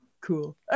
cool